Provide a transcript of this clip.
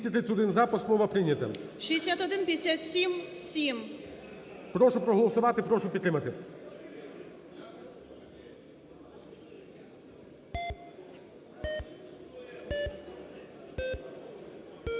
прошу проголосувати, прошу підтримати